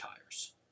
tires